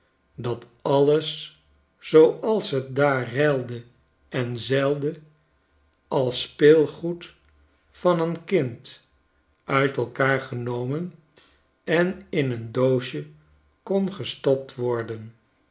dat alles zooals t daar reilde en zeilde als speelgoed van een kind uit elkaar genomen en in een doosje kon gestopt worden